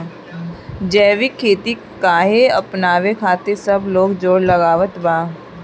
जैविक खेती काहे अपनावे खातिर सब लोग जोड़ लगावत बा?